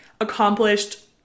accomplished